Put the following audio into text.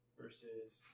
versus